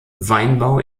weinbau